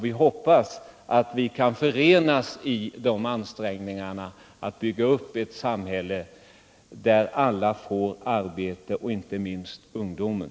Vi hoppas att vi kan förenas i ansträngningarna att bygga upp ett samhälle där alla får arbete, inte minst ungdomen.